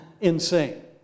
insane